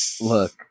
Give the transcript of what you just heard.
Look